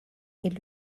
est